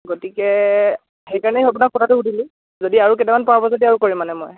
গতিকে সেইকাৰণে আপোনাক কথাটো সুধিলো যদি আৰু কেইটামান পাওঁ যদি আৰু কৰিম মানে মই